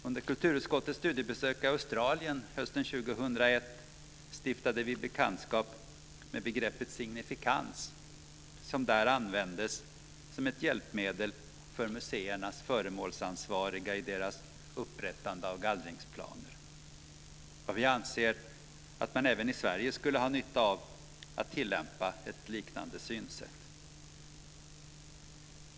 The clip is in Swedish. Under kulturutskottets studiebesök i Australien hösten 2001 stiftade vi bekantskap med begreppet "signifikans" som där användes som ett hjälpmedel för museernas föremålsansvariga i deras upprättande av gallringsplaner. Vi anser att man även i Sverige skulle ha nytta av att tillämpa ett liknande synsätt.